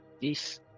Yes